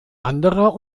anderer